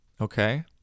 Okay